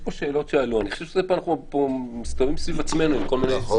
סביב עצמנו.